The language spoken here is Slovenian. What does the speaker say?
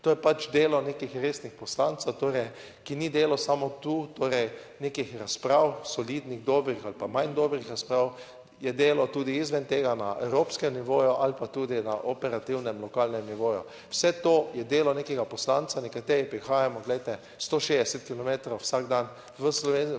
To je pač delo nekih resnih poslancev. Torej, ki ni delo samo tu, torej nekih razprav, solidnih, dobrih ali pa manj dobrih razprav. Je delo tudi izven tega na evropskem nivoju ali pa tudi na operativnem lokalnem nivoju. Vse to je delo nekega poslanca. Nekateri prihajamo, glejte, 160 kilometrov vsak dan v Ljubljano